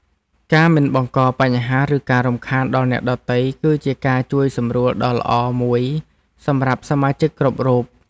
ការមិនបង្កបញ្ហា ឬការរំខានដល់អ្នកដទៃ គឺជាការជួយសម្រួលដ៏ល្អមួយសម្រាប់សមាជិកគ្រប់រូប។